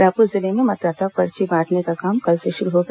रायपुर जिले में मतदाता पर्ची बांटने का काम कल से शुरू होगा